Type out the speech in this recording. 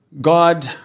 God